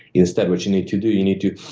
instead, what you need to do, you need to